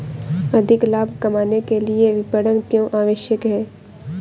अधिक लाभ कमाने के लिए विपणन क्यो आवश्यक है?